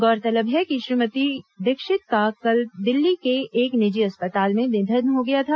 गौरतलब है कि श्रीमती दीक्षित का कल दिल्ली के एक निजी अस्पताल में निधन हो गया था